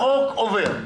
החוק עובר.